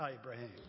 Abraham